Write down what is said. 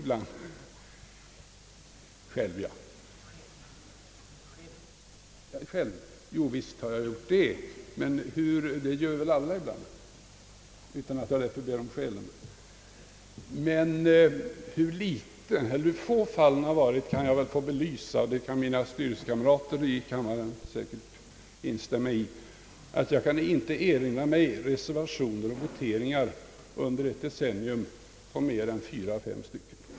Visst har jag gjort det! Men det gör väl alla någon gång — utan att behöva redovisa skälen. Hur få fall av intressekonflikter som förekommit kanske jag kan få något belysa, och på den punkten kan säkert mina styrelsekamrater i kammaren instämma. Jag kan inte erinra mig att reservationer eller voteringar har förekommit under ett decennium i styrelsen i mer än fyra å fem fall.